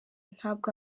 ntabwo